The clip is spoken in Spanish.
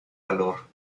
valor